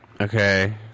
okay